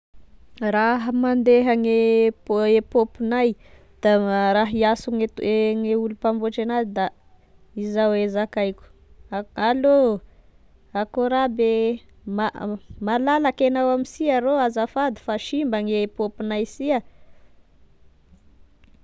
Raha mandeha gne e paopinay raha hianso e gne olo mpamboatry enazy da izao e zakaiko: a- allô akôry aby e ma- malalaky enao amisia arô azafady fa simba gne paopinay sia.